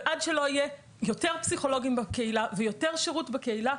ועד שלא יהיו יותר פסיכולוגים בקהילה ויותר שירות בקהילה,